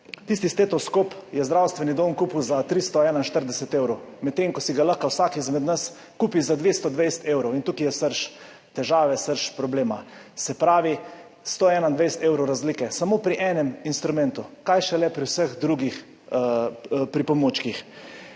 Tisti stetoskop je zdravstveni dom kupil za 341 evrov, medtem ko si ga lahko vsak izmed nas kupi za 220 evrov. In tukaj je srž težave, srž problema. Se pravi 121 evrov razlike samo pri enem instrumentu, kaj šele pri vseh drugih pripomočkih.